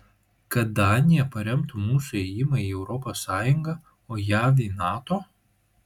kad danija paremtų mūsų ėjimą į europos sąjungą o jav į nato